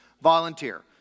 volunteer